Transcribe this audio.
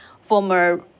Former